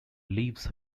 leaves